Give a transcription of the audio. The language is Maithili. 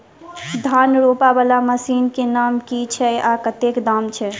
धान रोपा वला मशीन केँ नाम की छैय आ कतेक दाम छैय?